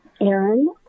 aaron